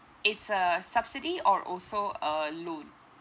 it's a subsidy or also a loan